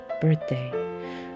birthday